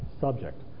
subject